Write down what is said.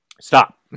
stop